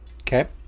Okay